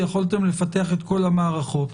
יכולתם לפתח את כל המערכות.